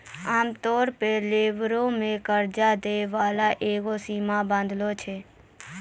आमतौरो पे लीवरेज मे कर्जा दै बाला एगो सीमा बाँधै छै